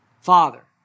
Father